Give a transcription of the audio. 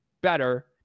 better